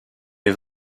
est